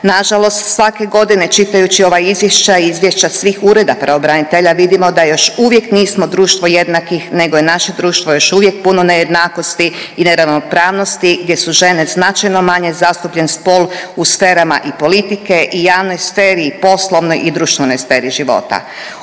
Nažalost svake godine čitajući ova izvješća i izvješća svih Ureda pravobranitelja vidimo da još uvijek nismo društvo jednakih nego je naše društvo puno nejednakosti i neravnopravnosti gdje su žene značajno manje zastupljen spol u sferama i politike i javnoj sferi i poslovnoj i društvenoj sferi života.